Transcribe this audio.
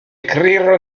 écrire